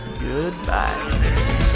Goodbye